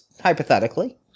hypothetically